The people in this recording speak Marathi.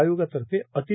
आयोगातर्फे अति